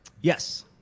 Yes